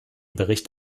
bericht